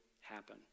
happen